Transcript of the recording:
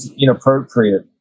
inappropriate